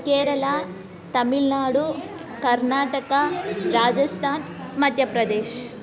Kerala Tamil Nadu Karnataka Rajasthan Madhya Pradesh